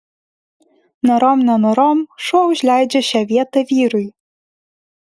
norom nenorom šuo užleidžia šią vietą vyrui